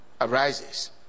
arises